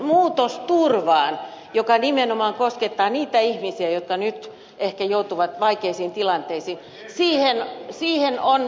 muutosturvaan joka nimenomaan koskettaa niitä ihmisiä jotka nyt ehkä joutuvat vaikeisiin tilanteisiin siihen on varauduttu